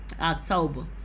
October